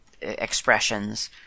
expressions